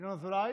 ינון אזולאי,